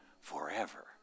forever